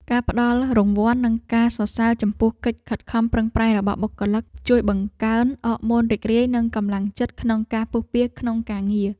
ការផ្តល់រង្វាន់និងការសរសើរចំពោះកិច្ចខិតខំប្រឹងប្រែងរបស់បុគ្គលិក ជួយបង្កើនអរម៉ូនរីករាយនិងកម្លាំងចិត្តក្នុងការពុះពារក្នុងការងារ។